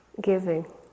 giving